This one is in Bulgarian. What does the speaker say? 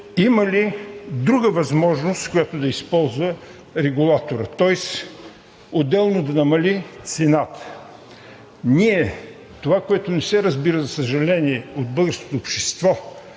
има ли друга възможност, която да използва регулаторът, тоест отделно да намали цената? Това, което не се разбира, за съжаление, от българското общество